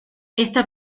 esta